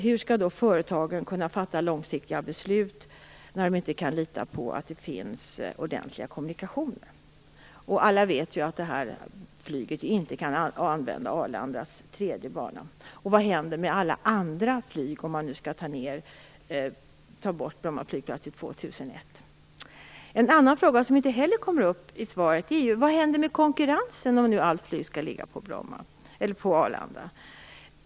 Hur skall företagen kunna fatta långsiktiga beslut när de inte kan lita på att det finns ordentliga kommunikationer? Alla vet ju att den här flygtrafiken inte kan använda Arlandas tredje bana. Och vad händer med all annan flygtrafik om Bromma flygplats skall avvecklas år 2001? Det finns en annan fråga som inte heller tas upp i svaret: Vad händer med konkurrensen om all flygtrafik skall ligga på Arlanda?